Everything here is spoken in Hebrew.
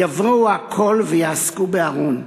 יבואו הכול ויעסקו בארון,